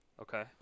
Okay